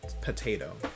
potato